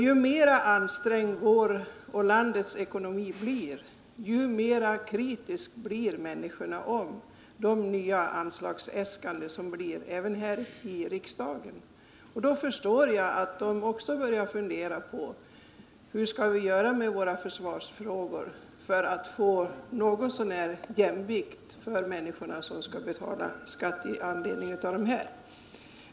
Ju mera ansträngd vår egen och landets ekonomi blir, desto mera kritiska blir människorna mot de nya anslagsäskanden som framförs. Jag förstår att människor som med sina skatter skall betala de utgifter riksdagens beslut leder till börjar fundera på hur vi skall behandla försvarsfrågorna.